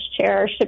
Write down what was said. chair